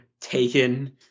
taken